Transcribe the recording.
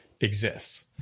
exists